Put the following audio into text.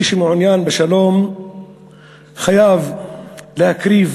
מי שמעוניין בשלום חייב להקריב